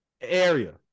area